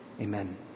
Amen